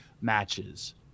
matches